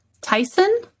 Tyson